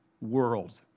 world